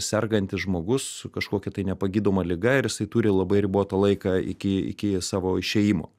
sergantis žmogus kažkokia tai nepagydoma liga ir jisai turi labai ribotą laiką iki iki savo išėjimo